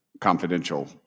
confidential